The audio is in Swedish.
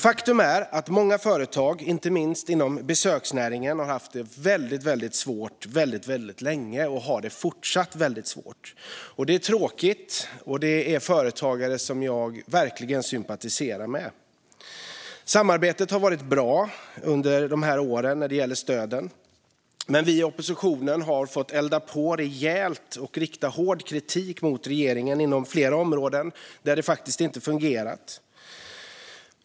Faktum är att många företag, inte minst inom besöksnäringen, har haft det väldigt svårt väldigt länge, och de har det fortsatt väldigt svårt. Det är tråkigt. Det är företagare som jag verkligen sympatiserar med. Samarbetet har varit bra under de här åren när det gäller stöden. Men vi i oppositionen har fått elda på rejält och rikta hård kritik mot regeringen inom flera områden där det inte fungerat.